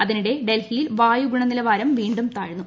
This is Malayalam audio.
അതിനിടെ ഡൽഹിയിൽ വായു ഗുണനിലവാരം വീണ്ടും താഴ്ന്നു